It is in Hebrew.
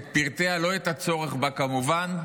את פרטיה, לא את הצורך בה, כמובן,